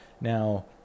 now